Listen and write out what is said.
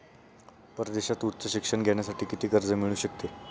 परदेशात उच्च शिक्षण घेण्यासाठी किती कर्ज मिळू शकते?